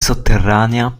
sotterranea